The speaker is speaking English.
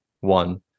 one